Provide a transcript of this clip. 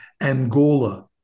Angola